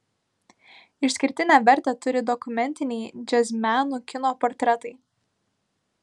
išskirtinę vertę turi dokumentiniai džiazmenų kino portretai